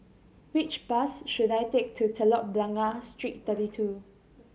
which bus should I take to Telok Blangah Street Thirty Two